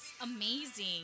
amazing